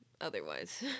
otherwise